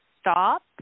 stop